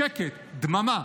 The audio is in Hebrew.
שקט, דממה.